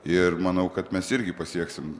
ir manau kad mes irgi pasieksim